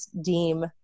deem